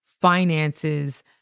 finances